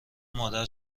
مادر